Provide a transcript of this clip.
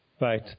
Right